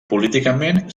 políticament